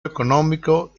económico